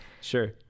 Sure